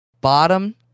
bottom